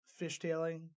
fishtailing